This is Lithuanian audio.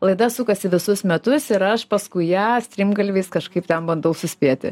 laida sukasi visus metus ir aš paskui ją strimgalviais kažkaip ten bandau suspėti